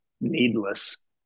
needless